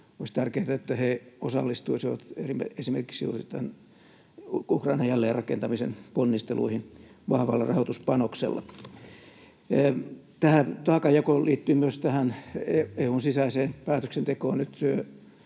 olisi tärkeätä, että he osallistuisivat esimerkiksi juuri tämän Ukrainan jälleenrakentamisen ponnisteluihin vahvalla rahoituspanoksella. Tähän taakanjakoon liittyy myös EU:n sisäinen päätöksenteko.